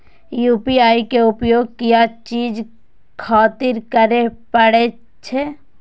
UPI के उपयोग किया चीज खातिर करें परे छे?